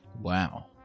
Wow